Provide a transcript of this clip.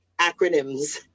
acronyms